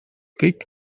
kõik